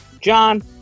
John